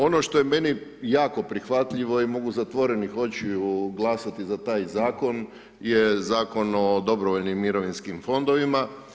Ono što je meni jako prihvatljivo i mogu zatvorenih očiju glasati za taj zakon je Zakon o dobrovoljnim mirovinskim fondovima.